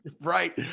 Right